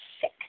sick